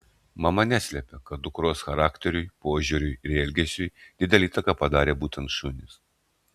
mama neslepia kad dukros charakteriui požiūriui ir elgesiui didelę įtaką padarė būtent šunys